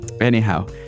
Anyhow